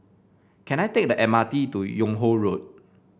can I take the M R T to Yung Ho Road